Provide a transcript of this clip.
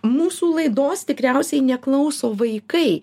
mūsų laidos tikriausiai neklauso vaikai